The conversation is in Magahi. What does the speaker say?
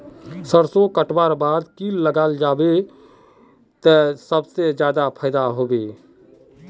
सरसों कटवार बाद की लगा जाहा बे ते ज्यादा फायदा होबे बे?